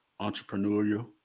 entrepreneurial